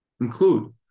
include